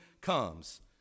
comes